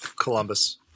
Columbus